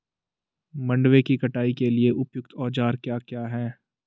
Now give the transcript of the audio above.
मंडवे की कटाई के लिए उपयुक्त औज़ार क्या क्या हैं?